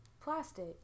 plastic